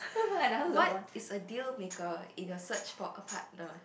what is a dealmaker in your search for a partner